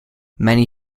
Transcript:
many